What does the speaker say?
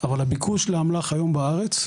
הביקוש לאמל"ח היום בארץ,